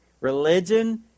Religion